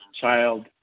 child